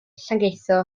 llangeitho